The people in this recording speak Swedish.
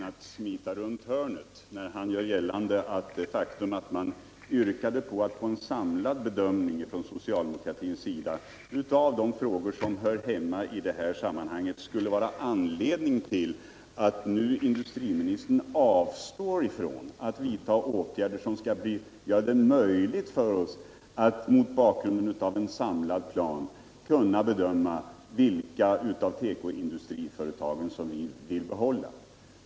Herr talman! Nu försöker väl ändå industriministern smita runt hörnet, när han gör gällande att det faktum att vi från socialdemokratin yrkade på en samlad bedömning av de frågor som hör hemma i detta sammanhang skulle vara anledningen till att industriministern i dag avstår från att vidta åtgärder som kan göra det möjligt för oss att mot bakgrund av en samlad plan bedöma vilka tekoindustriföretag som vi skall behålla.